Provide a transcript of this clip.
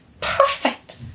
Perfect